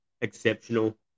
exceptional